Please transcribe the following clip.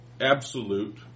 absolute